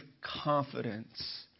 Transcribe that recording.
confidence